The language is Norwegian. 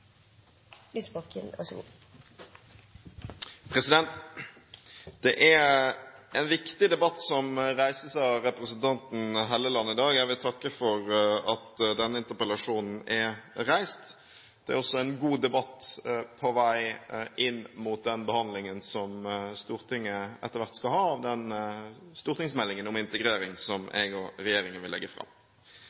en viktig debatt som reises av representanten Helleland i dag. Jeg vil takke for at denne interpellasjonen er reist. Det er også en god debatt på vei mot den behandlingen som Stortinget etter hvert skal ha, og stortingsmeldingen om integrering som regjeringen vil legge fram.